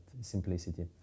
simplicity